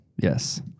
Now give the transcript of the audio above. yes